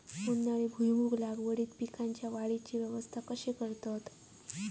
उन्हाळी भुईमूग लागवडीत पीकांच्या वाढीची अवस्था कशी करतत?